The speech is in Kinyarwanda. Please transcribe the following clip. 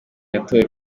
yatoye